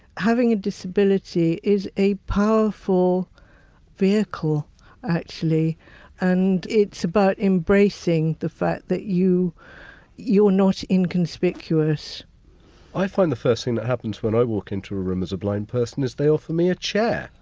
having a disability is a powerful vehicle and it's about embracing the fact that you you're not inconspicuous i find the first thing that happens when i walk into a room, as a blind person, is they offer me a chair,